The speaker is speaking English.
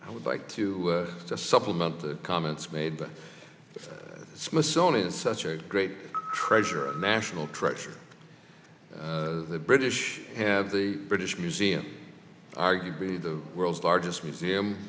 i would like to supplement the comments made by the smithsonian such a great treasure a national treasure the british have the british museum arguably the world's largest museum